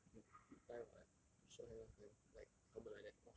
you you tie what you short hair last time like helmet like that !wah!